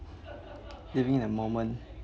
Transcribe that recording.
living a moment